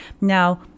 Now